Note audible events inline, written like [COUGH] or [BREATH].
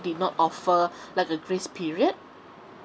did not offer [BREATH] like a grace period